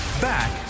back